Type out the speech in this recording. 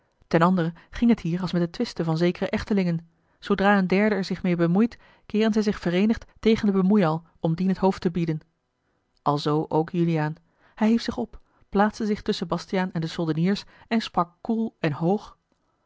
ten andere ging het hier als met de twisten van zekere echtelingen zoodra een derde er zich meê bemoeit keeren zij zich veree nigd tegen den bemoeiäl om dien het hoofd te bieden alzoo ook juliaan hij hief zich op plaatste zich tusschen bastiaan en de soldeniers en sprak koel en hoog